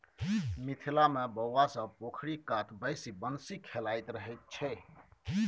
मिथिला मे बौआ सब पोखरि कात बैसि बंसी खेलाइत रहय छै